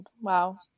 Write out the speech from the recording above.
Wow